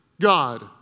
God